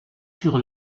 sur